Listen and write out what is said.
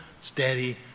steady